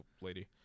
lady